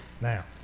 now